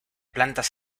plantas